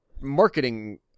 marketing